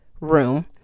room